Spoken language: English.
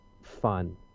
fun